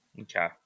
Okay